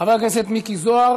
חבר הכנסת מיקי זוהר